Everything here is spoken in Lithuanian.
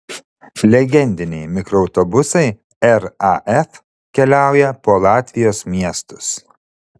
legendiniai mikroautobusai raf keliauja po latvijos miestus